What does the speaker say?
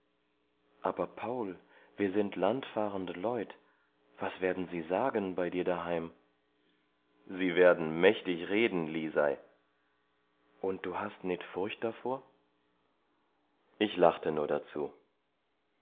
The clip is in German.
aber paul wir sind landfahrende leut was werden sie sagen bei dir daheim sie werden mächtig reden lisei und du hast nit furcht davor ich lachte nur dazu